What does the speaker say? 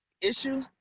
issue